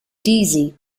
deasy